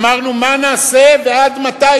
אמרנו מה נעשה ועד מתי,